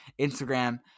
Instagram